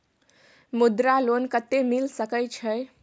मुद्रा लोन कत्ते मिल सके छै?